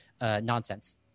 nonsense